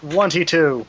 Twenty-two